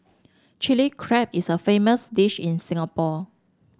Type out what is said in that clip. Chilli Crab is a famous dish in Singapore